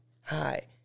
hi